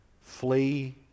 Flee